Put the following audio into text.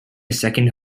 second